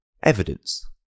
evidence